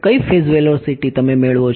કઈ phase velocity તમે મેળવો છો